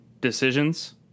decisions